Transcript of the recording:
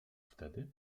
wtedy